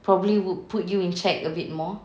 probably would put you in check a bit more